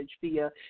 via